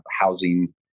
housing